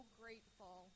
grateful